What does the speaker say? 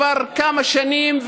כבר כמה שנים,